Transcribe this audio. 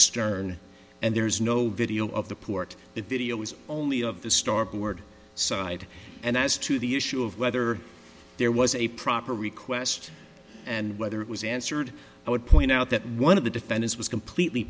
stern and there's no video of the port the video is only of the storyboard side and as to the issue of whether there was a proper request and whether it was answered i would point out that one of the defendants was completely